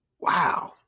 Wow